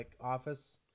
office